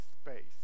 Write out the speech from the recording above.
space